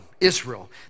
Israel